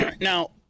Now